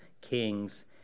kings